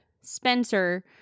Spencer